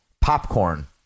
popcorn